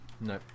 No